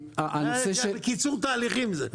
קיצור תהליכים זה.